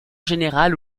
général